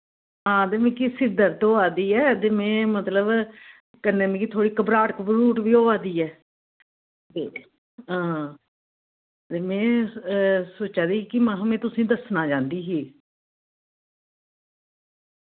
हां ते मिकी सिर दर्द होआ दी ऐ ते मैं मतलब कन्नै मिकी थोह्ड़ी घबराह्ट घबरूह्ट वी होआ दी ऐ ते हां ते मैं सोचा दी कि महा मैं तुसें दस्सना चाह्न्दी ही